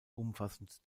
umfassend